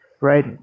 right